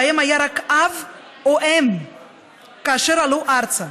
שהיה להם רק אב או אם כאשר עלו ארצה,